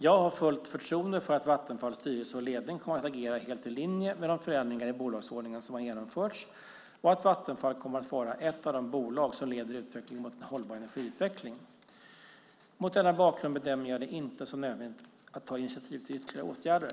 Jag har fullt förtroende för att Vattenfalls styrelse och ledning kommer att agera helt i linje med de förändringar i bolagsordningen som har genomförts och att Vattenfall kommer att vara ett av de bolag som leder utvecklingen mot en hållbar energiutveckling. Mot denna bakgrund bedömer jag det inte som nödvändigt att ta initiativ till ytterligare åtgärder.